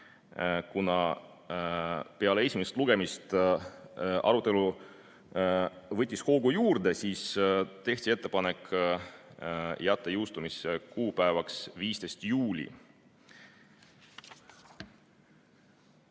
Kuna peale esimest lugemist sai arutelu hoogu juurde, siis tehti ettepanek jätta jõustumise kuupäevaks 15. juuli.